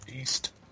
east